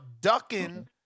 ducking